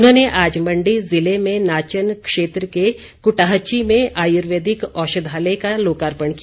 उन्होंने आज मंडी ज़िले में नाचन क्षेत्र के कुटाहची में आयुर्वेदिक औषधालय का लोकार्पण किया